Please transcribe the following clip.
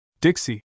Dixie